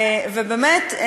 ובאמת,